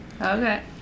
Okay